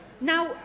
Now